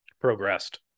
progressed